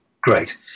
great